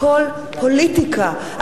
הכול פוליטיקה.